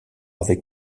avec